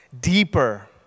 deeper